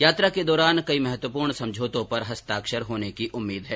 यात्रा के दौरान कई महत्वपूर्ण समझौतो पर हस्ताक्षर होने की उम्मीद है